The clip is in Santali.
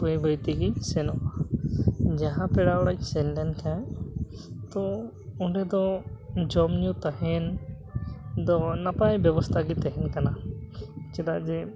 ᱵᱟᱹᱭ ᱵᱟᱹᱭ ᱛᱮᱜᱮᱧ ᱥᱮᱱᱚᱜᱼᱟ ᱡᱟᱦᱟᱸ ᱯᱮᱲᱟ ᱚᱲᱟᱜ ᱤᱧ ᱥᱮᱱ ᱞᱮᱱ ᱛᱟᱦᱮᱱ ᱛᱚ ᱚᱸᱰᱮ ᱫᱚ ᱡᱚᱢ ᱧᱩ ᱛᱟᱦᱮᱱ ᱫᱚ ᱱᱟᱯᱟᱭ ᱵᱮᱵᱚᱥᱛᱷᱟ ᱜᱮ ᱛᱟᱦᱮᱸ ᱠᱟᱱᱟ ᱪᱮᱫᱟᱜ ᱡᱮ